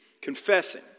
confessing